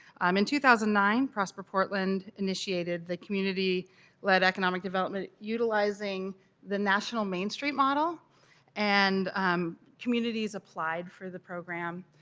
um in two thousand and nine prosper portland initiated the community led economic development utilizing the national main street model and um communities applied for the program.